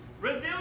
Reveal